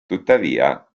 tuttavia